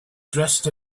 dressed